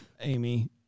Amy